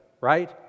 Right